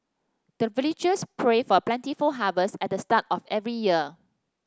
the villagers pray for plentiful harvest at the start of every year